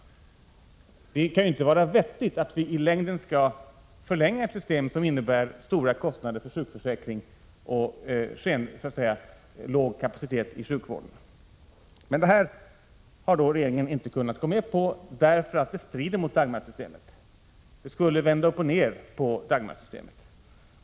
Det kan ju inte vara vettigt att förlänga ett system som innebär stora kostnader för sjukförsäkringen och alltför låg kapacitet i sjukvården. Regeringen har inte kunnat gå med på detta, därför att det strider mot Dagmarsystemet. Det skulle vända upp och ned på Dagmarsystemet.